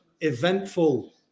eventful